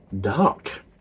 Dark